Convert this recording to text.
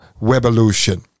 revolution